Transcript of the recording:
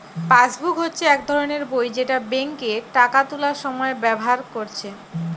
passbook হচ্ছে এক ধরণের বই যেটা বেঙ্কে টাকা তুলার সময় ব্যাভার কোরছে